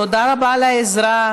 תודה רבה על העזרה.